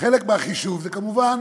חלק מהחישוב זה כמובן